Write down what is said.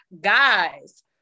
guys